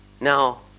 Now